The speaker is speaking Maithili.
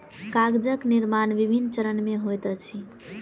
कागजक निर्माण विभिन्न चरण मे होइत अछि